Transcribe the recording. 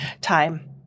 time